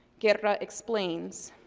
guerra explains.